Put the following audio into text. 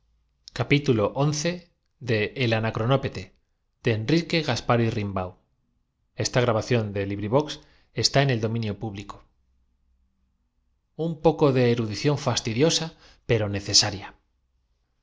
las agrega un poco de erudición fastidiosa aunque necesaria